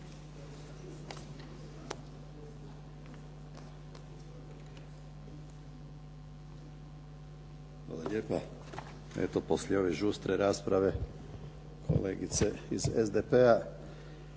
Hvala lijepa. Eto poslije ove žustre rasprave kolegice iz SPD-a